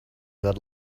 that